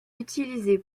utilisé